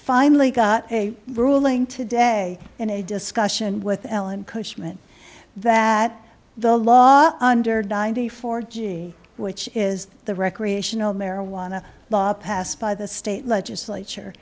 finally got a ruling today in a discussion with ellen cushman that the law under died before g which is the recreational marijuana law passed by the state legislature